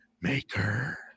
maker